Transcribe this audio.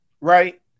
right